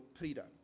Peter